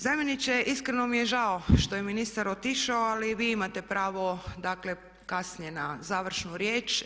Zamjeniče, iskreno mi je žao što je ministar otišao ali vi imate pravo dakle kasnije na završnu riječ.